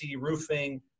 roofing